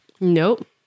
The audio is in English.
Nope